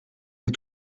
les